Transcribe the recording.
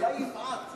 אולי יפעת.